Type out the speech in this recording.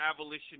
Abolition